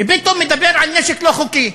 ופתאום מדבר על נשק לא חוקי.